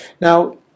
Now